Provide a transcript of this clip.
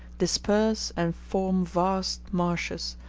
disperse and form vast marshes,